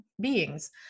beings